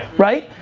right?